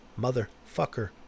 motherfucker